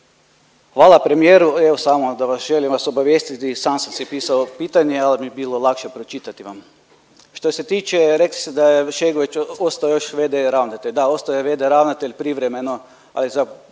hvala premijeru, evo, samo da vas, želim vas obavijestiti, sam sam si pisao pitanje, ali mi je bilo lakše pročitati vam. Što se tiče, rekli ste da je Šegović ostao još v.d. ravnatelj, da, ostao je v.d. ravnatelj privremeno, ali za